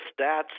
stats